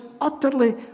utterly